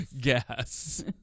gas